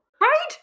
right